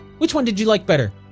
which one did you like better?